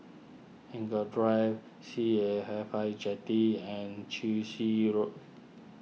Eng Kong Drive C A F H I Jetty and Chwee Xi Road